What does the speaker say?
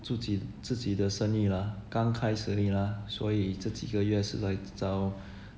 自己自己的生意 lah 刚开始而已 lah 所以这几个月是来找